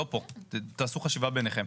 לא פה, תעשו חשיבה ביניכם.